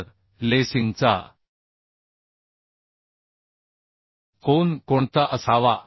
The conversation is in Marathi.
तर लेसिंगचा कोन कोणता असावा